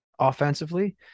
offensively